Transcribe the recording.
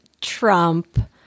Trump